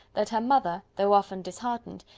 that her mother, though often disheartened,